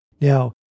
Now